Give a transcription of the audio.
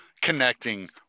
connecting